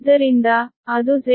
ಆದ್ದರಿಂದ ಅದು Zs Zp